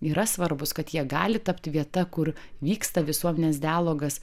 yra svarbūs kad jie gali tapti vieta kur vyksta visuomenės dialogas